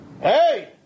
Hey